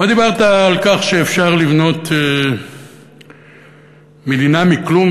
דיברת על כך שאפשר לבנות מדינה מכלום,